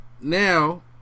now